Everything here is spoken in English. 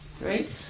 right